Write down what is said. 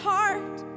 heart